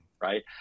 Right